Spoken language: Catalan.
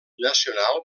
nacional